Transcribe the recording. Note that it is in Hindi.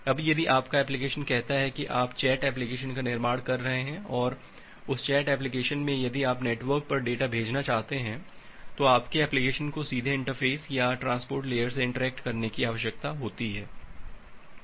अब यदि आपका एप्लिकेशन कहता है कि आप चैट एप्लिकेशन का निर्माण कर रहे हैं और उस चैट एप्लिकेशन में यदि आप नेटवर्क पर डेटा भेजना चाहते हैं तो आपके एप्लिकेशन को सीधे इंटरफ़ेस या ट्रांसपोर्ट लेयर से इंटरैक्ट करने की आवश्यकता है